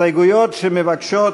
הסתייגויות שמבקשות